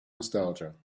nostalgia